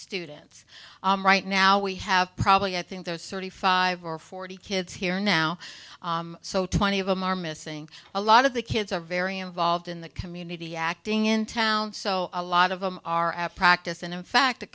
students right now we have probably i think there's sort of five or forty kids here now so twenty of them are missing a lot of the kids are very involved in the community acting in town so a lot of them are at practice and in fact a